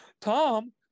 Tom